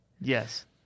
Yes